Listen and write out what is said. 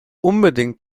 unbedingt